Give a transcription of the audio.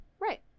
Right